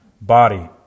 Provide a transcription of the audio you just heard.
body